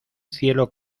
cielo